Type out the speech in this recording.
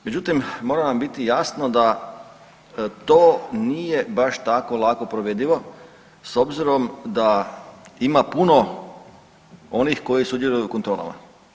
Međutim, mora nam biti jasno da to nije baš tako lako provedivo s obzirom da ima puno onih koji sudjeluju u kontrolama.